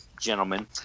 gentlemen